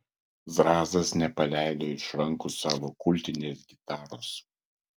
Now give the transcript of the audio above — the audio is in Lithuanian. zrazas nepaleido iš rankų savo kultinės gitaros